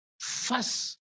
fuss